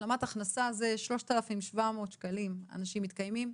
השלמת הכנסה זה 3,700 שקלים אנשים מתקיימים.